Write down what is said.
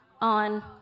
on